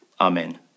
Amen